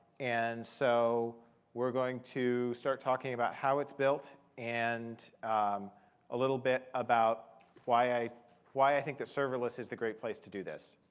and so we're going to start talking about how it's built and a little bit about why i why i think that serverless is the great place to do this.